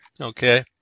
Okay